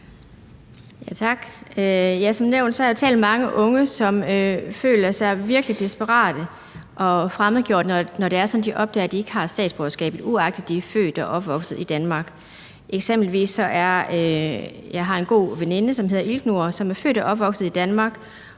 har jeg talt med mange unge, som virkelig føler sig desperate og fremmedgjorte, når det er sådan, at de opdager, at de ikke har statsborgerskabet, uagtet at de er født og opvokset i Danmark. Eksempelvis har jeg en god veninde, som hedder Ilknur, som er født og opvokset i Danmark,